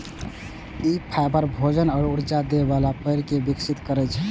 ई fibre, भोजन आ ऊर्जा दै बला पेड़ कें विकसित करै छै